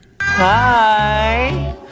Hi